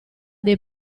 dei